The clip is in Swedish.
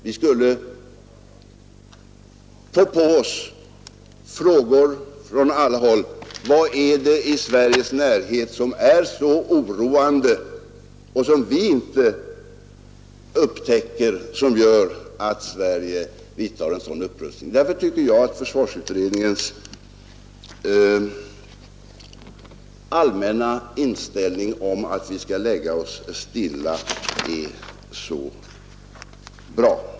Vi skulle då få frågor från alla håll om vad det är i Sveriges närhet som andra inte kan upptäcka men som är så oroande och som gör att Sverige genomför en sådan upprustning. Det är därför jag tycker att försvarsutredningens allmänna inställning att vi skall lägga oss stilla på oförändrad nivå är riktig.